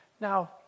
Now